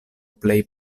plej